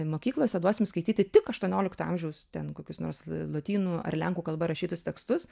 mokyklose duosim skaityti tik aštuoniolikto amžiaus ten kokius nors lotynų ar lenkų kalba rašytus tekstus